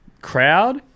Crowd